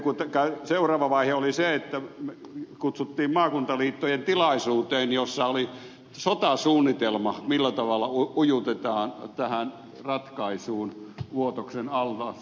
sitten seuraava vaihe oli se että kutsuttiin maakuntaliittojen tilaisuuteen jossa oli sotasuunnitelma siitä millä tavalla ujutetaan tähän ratkaisuun vuotoksen allas homma